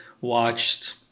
watched